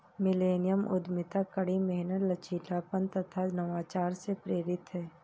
millennium उद्यमिता कड़ी मेहनत, लचीलापन तथा नवाचार से प्रेरित है